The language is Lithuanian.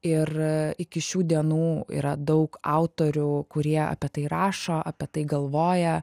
ir iki šių dienų yra daug autorių kurie apie tai rašo apie tai galvoja